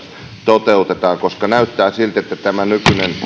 toteutetaan koska näyttää siltä että tämä nykyinen